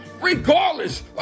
regardless